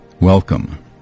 Welcome